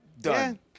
Done